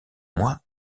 moi